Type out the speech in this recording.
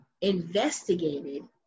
investigated